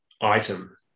Item